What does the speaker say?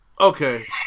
Okay